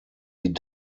die